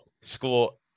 school